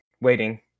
waiting